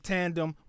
Tandem